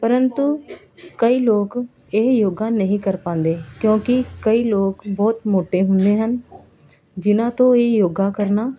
ਪਰੰਤੂ ਕਈ ਲੋਕ ਇਹ ਯੋਗਾ ਨਹੀਂ ਕਰ ਪਾਉਂਦੇ ਕਿਉਂਕਿ ਕਈ ਲੋਕ ਬਹੁਤ ਮੋਟੇ ਹੁੰਦੇ ਹਨ ਜਿਹਨਾਂ ਤੋਂ ਇਹ ਯੋਗਾ ਕਰਨਾ